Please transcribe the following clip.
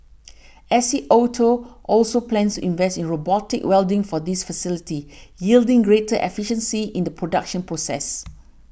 S C Auto also plans to invest in robotic welding for this facility yielding greater efficiency in the production process